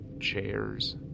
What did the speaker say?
chairs